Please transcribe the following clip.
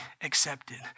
accepted